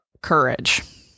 courage